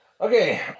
Okay